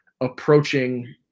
approaching